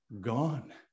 gone